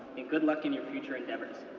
and good luck in your future endeavors.